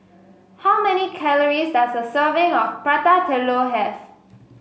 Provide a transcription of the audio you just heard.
how many calories does a serving of Prata Telur have